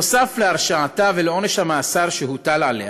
נוסף על הרשעתה ועל עונש המאסר שהוטל עליה,